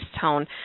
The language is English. tone